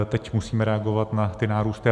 Teď musíme reagovat na ty nárůsty.